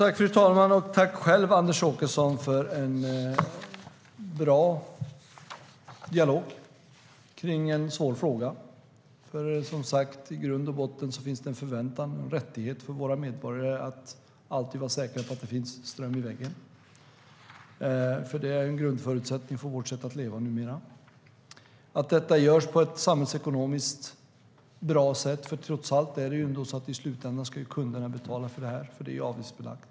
Fru talman! Tack själv, Anders Åkesson, för en bra dialog om en svår fråga!I grund och botten finns det en rättighet för och en förväntan hos våra medborgare att alltid kunna vara säkra på att det finns ström i ledningarna. Det är en grundförutsättning för vårt sätt att leva numera. Det finns också en förväntan om att detta sker på ett samhällsekonomiskt sätt. Trots allt är det kunderna som i slutändan betalar eftersom elen är avgiftsbelagd.